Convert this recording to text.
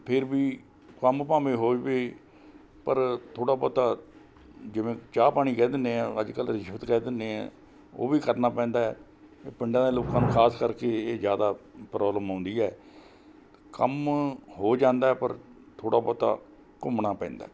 ਫਿਰ ਵੀ ਕੰਮ ਭਾਵੇਂ ਹੋ ਜਾਵੇ ਪਰ ਥੋੜ੍ਹਾ ਬਹੁਤਾ ਜਿਵੇਂ ਚਾਹ ਪਾਣੀ ਕਹਿ ਦਿੰਦੇ ਹਾਂ ਅੱਜ ਕੱਲ੍ਹ ਰਿਸ਼ਵਤ ਕਹਿ ਦਿੰਦੇ ਹਾਂ ਉਹ ਵੀ ਕਰਨਾ ਪੈਂਦਾ ਪਿੰਡਾਂ ਦੇ ਲੋਕਾਂ ਨੂੰ ਖਾਸ ਕਰਕੇ ਇਹ ਜ਼ਿਆਦਾ ਪ੍ਰੋਬਲਮ ਆਉਂਦੀ ਹੈ ਕੰਮ ਹੋ ਜਾਂਦਾ ਪਰ ਥੋੜ੍ਹਾ ਬਹੁਤਾ ਘੁੰਮਣਾ ਪੈਂਦਾ